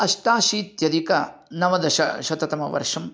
अष्टाशीत्यधिकनवदशशततमवर्षं